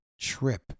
trip